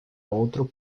outro